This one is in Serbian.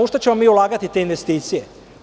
U šta ćemo ulagati te investicije?